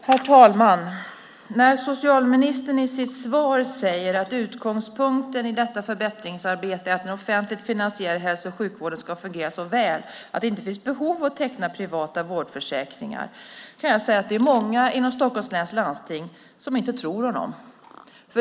Herr talman! När socialministern i sitt svar säger att "utgångspunkten i detta förbättringsarbete är att den offentligt finansierade hälso och sjukvården ska fungera så väl att det inte finns behov av att teckna privata vårdförsäkringar" kan jag säga att det är många inom Stockholms läns landsting som inte tror honom.